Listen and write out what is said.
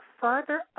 further